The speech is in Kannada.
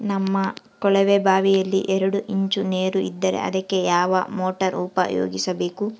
ನಮ್ಮ ಕೊಳವೆಬಾವಿಯಲ್ಲಿ ಎರಡು ಇಂಚು ನೇರು ಇದ್ದರೆ ಅದಕ್ಕೆ ಯಾವ ಮೋಟಾರ್ ಉಪಯೋಗಿಸಬೇಕು?